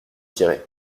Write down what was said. tirée